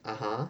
(uh huh)